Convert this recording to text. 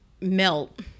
melt